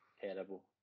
terrible